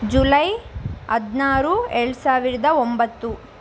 July ಹದಿನಾರು ಎರಡು ಸಾವಿರದ ಒಂಬತ್ತು